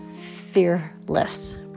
fearless